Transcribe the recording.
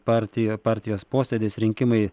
partijo partijos posėdis rinkimai